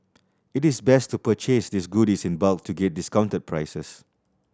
it is best to purchase these goodies in bulk to get discounted prices